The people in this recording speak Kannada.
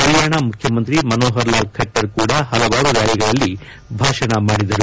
ಹರಿಯಾಣ ಮುಖ್ಚಮಂತ್ರಿ ಮನೋಹರ್ ಲಾಲ್ ಖಟ್ಟರ್ ಕೂಡ ಹಲವಾರು ರ್ಹಾಲಿಗಳಲ್ಲಿ ಭಾಷಣ ಮಾಡಿದರು